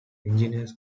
engineers